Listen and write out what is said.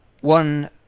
one